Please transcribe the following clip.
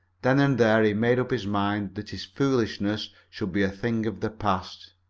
then and there he made up his mind that his foolishness should be a thing of the past.